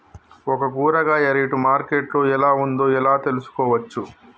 ఒక కూరగాయ rate market లో ఎలా ఉందో ఎలా తెలుసుకోవచ్చు?